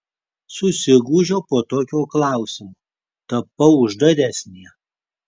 susigūžiau po tokio klausimo tapau uždaresnė